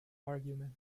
argument